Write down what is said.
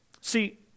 See